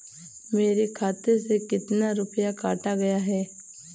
मेरे खाते से कितना रुपया काटा गया है?